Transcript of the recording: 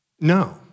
No